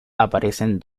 aparecen